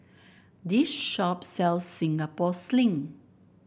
this shop sells Singapore Sling